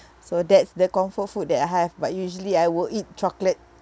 so that's the comfort food that I have but usually I will eat chocolate